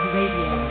Radio